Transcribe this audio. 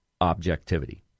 objectivity